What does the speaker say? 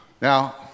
Now